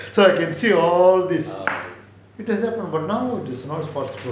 so I can see all this it is but now it is not possible